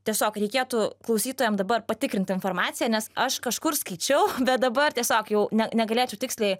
tiesiog reikėtų klausytojam dabar patikrint informaciją nes aš kažkur skaičiau bet dabar tiesiog jau ne negalėčiau tiksliai